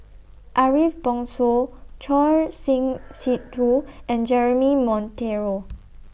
Ariff Bongso Choor Singh Sidhu and Jeremy Monteiro